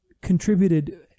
contributed